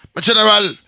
general